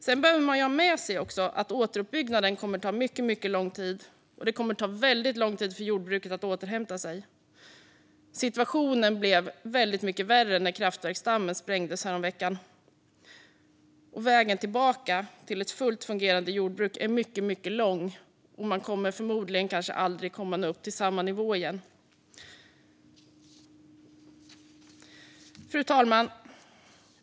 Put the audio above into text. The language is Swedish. Man behöver dock ha med sig att återuppbyggnaden kommer att ta mycket lång tid, och det kommer att ta väldigt lång tid för jordbruket att återhämta sig. Situationen blev väldigt mycket värre när kraftverksdammen sprängdes häromveckan. Vägen tillbaka till ett fullt fungerande jordbruk är mycket lång. Man kommer förmodligen aldrig upp till samma nivå igen. Fru talman!